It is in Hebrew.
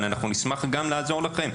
אבל נשמח גם לעזור לכם,